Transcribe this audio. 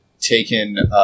taken